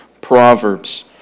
Proverbs